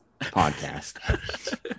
podcast